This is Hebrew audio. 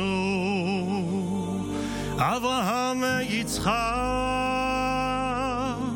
אבותינו אברהם יצחק